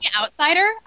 Outsider